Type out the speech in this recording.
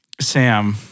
Sam